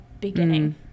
beginning